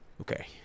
Okay